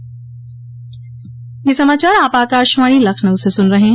ब्रे क यह समाचार आप आकाशवाणी लखनऊ से सुन रहे हैं